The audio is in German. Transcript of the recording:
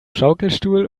schaukelstuhl